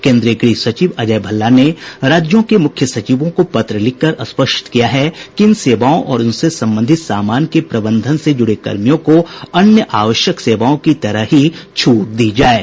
केन्द्रीय गृह सचिव अजय भल्ला ने राज्यों के मुख्य सचिवों को पत्र लिखकर स्पष्ट किया है कि इन सेवाओं और उनसे संबंधित सामान के प्रबंधन से जुड़े कर्मियों को अन्य आवश्यक सेवाओं की तरह ही छूट दी जाएगी